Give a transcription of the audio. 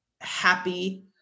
happy